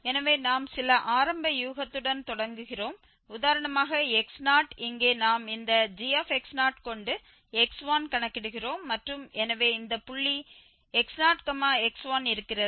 எனவே நாம் சில ஆரம்ப யூகத்துடன் தொடங்குகிறோம் உதாரணமாக x0 இங்கே நாம் இந்த g கொண்டு x1 கணக்கிடுகிறோம் மற்றும் எனவே இந்த புள்ளி x0x1 இருக்கிறது